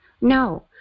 No